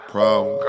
Problem